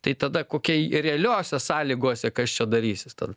tai tada kokie realiose sąlygose kas čia darysis tada